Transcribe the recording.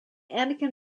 anakin